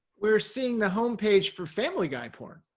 we're seeing the home page for family guy porn.